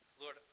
Lord